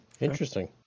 Interesting